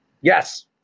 yes